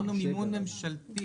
אמרנו מימון ממשלתי.